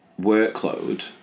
workload